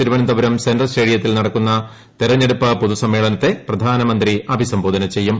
Thiruvananthapuram central സ്റ്റേഡിയത്തിൽ നടക്കുന്ന തെരഞ്ഞെടുപ്പ് പൊതുസമ്മേളനത്തെ പ്രധാനമന്ത്രി അഭിസംബോധന ചെയ്യും